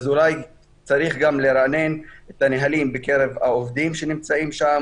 אולי צריך לרענן את הנהלים בקרב העובדים שנמצאים שם,